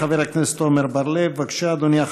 חבר הכנסת עמר בר-לב, בבקשה, אדוני.